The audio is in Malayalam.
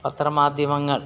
പത്ര മാധ്യമങ്ങൾ